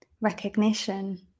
recognition